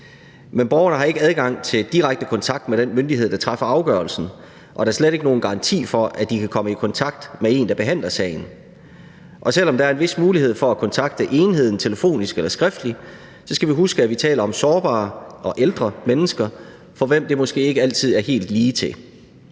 Men borgerne har ikke adgang til direkte kontakt med den myndighed, der træffer afgørelsen, og da slet ikke nogen garanti for, at de kan komme i kontakt med en, der behandler sagen. Selv om der er en vis mulighed for at kontakte enheden telefonisk eller skriftligt, skal vi huske, at vi taler om sårbare og ældre mennesker, for hvem det måske ikke altid er helt ligetil.